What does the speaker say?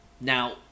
now